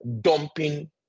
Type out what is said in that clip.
dumping